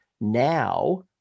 now